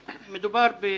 צריך להיות פרקטיים,